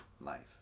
life